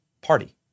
party